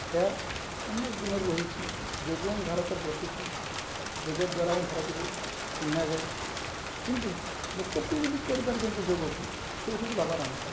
ଏହା ଅନେକ ଦିନରୁ ରହିଛି ଯୋଗ ହିଁ ଭାରତର ପ୍ରତୀକ ଯୋଗ ଦ୍ୱାରା ହିଁ ଭାରତକୁ ଚିହ୍ନାଯାଏ କିନ୍ତୁ ଲୋକପ୍ରିୟ ଯଦି କରିପାରିଛନ୍ତି ଯୋଗକୁ ସେ ହେଉଛନ୍ତି ବାବା ରାମଦେବ